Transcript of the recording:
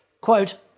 Quote